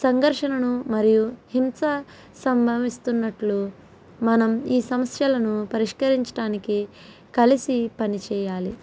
సంఘర్షను మరియు హింసా సంభవిస్తున్నట్లు మనం ఈ సమస్యలను పరిష్కరించడానికి కలిసి పని చేయాలి